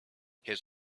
his